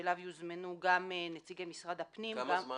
ואליו יוזמנו גם נציגי משרד הפנים --- כמה זמן